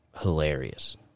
hilarious